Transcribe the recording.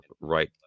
right